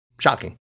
Shocking